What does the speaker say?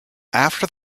after